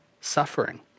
suffering